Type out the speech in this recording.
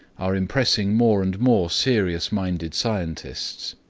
are impressing more and more serious-minded scientists,